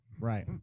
Right